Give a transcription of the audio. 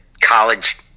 college